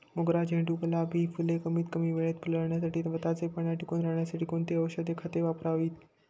मोगरा, झेंडू, गुलाब हि फूले कमीत कमी वेळेत फुलण्यासाठी व ताजेपणा टिकून राहण्यासाठी कोणती औषधे व खते वापरावीत?